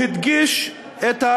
ביוני 1998 היה מושב הפתיחה בעניין אמנת